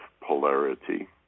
polarity